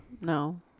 no